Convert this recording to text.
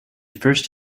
first